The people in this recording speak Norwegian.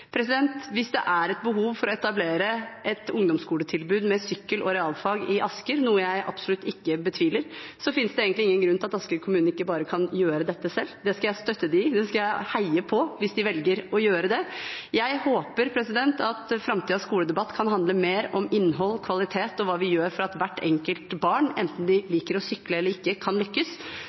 Hvis det er et behov for å etablere et ungdomsskoletilbud med sykkel og realfag i Asker, noe jeg absolutt ikke betviler, finnes det egentlig ingen grunn til at Asker kommune ikke bare kan gjøre dette selv. Det skal jeg støtte dem i, det skal jeg heie på, hvis de velger å gjøre det. Jeg håper at framtidens skoledebatt kan handle mer om innhold, kvalitet og hva vi gjør for at hvert enkelt barn kan lykkes, enten de liker å sykle eller ikke,